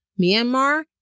Myanmar